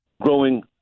growing